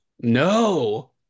No